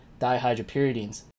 dihydropyridines